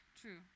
True